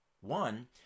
one